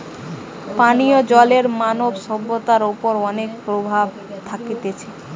পানীয় জলের মানব সভ্যতার ওপর অনেক প্রভাব থাকতিছে